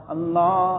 Allah